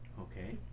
Okay